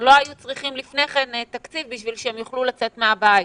לא היו צריכים לפני כן תקציב בשביל שהם יוכלו לצאת מהבית.